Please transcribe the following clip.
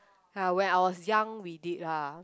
ah when I was young we did lah